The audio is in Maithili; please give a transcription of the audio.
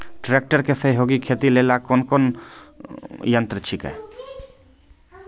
ट्रेकटर के सहयोगी खेती लेली कोन कोन यंत्र छेकै?